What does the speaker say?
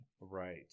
Right